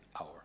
hour